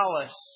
palace